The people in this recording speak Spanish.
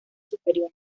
superior